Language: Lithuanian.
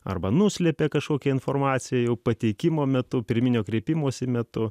arba nuslėpė kažkokią informaciją jau pateikimo metu pirminio kreipimosi metu